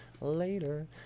later